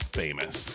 famous